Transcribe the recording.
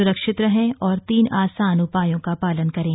सुरक्षित रहें और तीन आसान उपायों का पालन करें